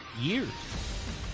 years